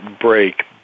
break